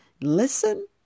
listen